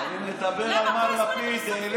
למה?